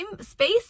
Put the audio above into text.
space